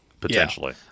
potentially